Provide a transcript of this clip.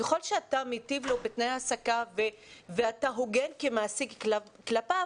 ככל שאתה מיטיב עמו בתנאי העסקה ואתה כמעסיק הוגן כלפיו,